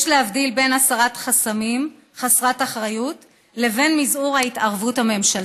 יש להבדיל בין הסרת חסמים חסרת אחריות לבין מזעור ההתערבות הממשלתית.